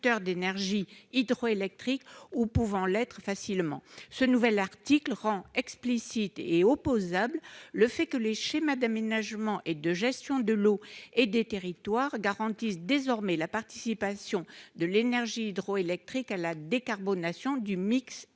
d'énergie hydroélectrique ou pouvant l'être facilement ce nouvel article rend explicite et opposable le fait que les schémas d'aménagement et de gestion de l'eau et des territoires garantissent désormais la participation de l'énergie hydroélectrique à la décarbonation du mix énergétique